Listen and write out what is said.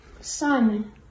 Simon